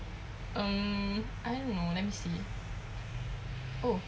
um I mm let me see oh